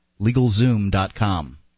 LegalZoom.com